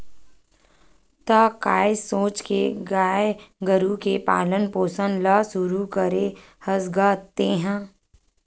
त काय सोच के गाय गरु के पालन पोसन ल शुरू करे हस गा तेंहा?